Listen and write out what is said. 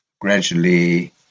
gradually